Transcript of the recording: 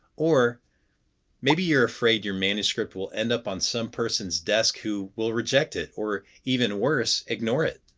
or maybe you're afraid your manuscript will end up on some person's desk who will reject it, or even worse, ignore it.